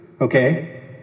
okay